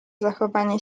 zachowanie